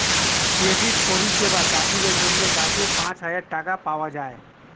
credit পরিষেবা চাষীদের জন্যে যাতে পাঁচ হাজার টাকা পাওয়া যায়